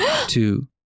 two